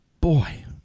boy